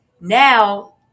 Now